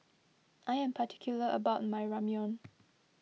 I am particular about my Ramyeon